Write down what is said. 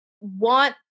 want